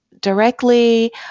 directly